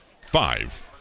five